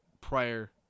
prior